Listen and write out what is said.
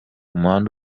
umuhanda